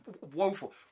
woeful